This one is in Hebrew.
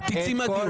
את תצאי מהדיון.